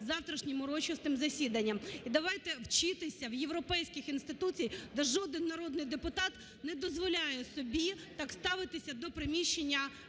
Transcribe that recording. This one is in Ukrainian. завтрашнім урочистим засіданням. І давайте вчитися європейських інституцій, де жоден народний депутат не дозволяє собі так ставитися до приміщення